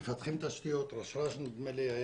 מפתחים תשתיות נדמה לי שראשי